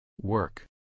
Work